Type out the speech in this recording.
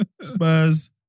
Spurs